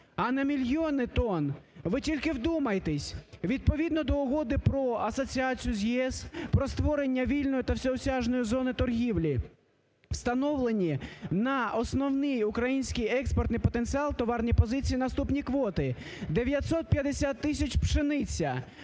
а на мільйони тонн. Ви тільки вдумайтесь, відповідно до Угоди про асоціацію з ЄС про створення вільної та всеосяжної зони торгівлі. Встановлені на основний український експортний потенціал товарні пропозиції наступні квоти: 950 тисяч пшениця,